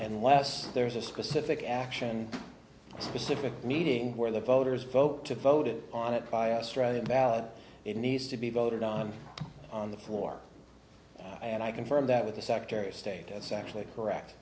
unless there's a specific action specific meeting where the voters vote to vote on it by australian ballot it needs to be voted on on the floor and i confirmed that with the secretary of state as actually correct